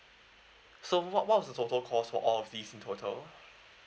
so what what was the total cost for all of these in total